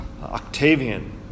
Octavian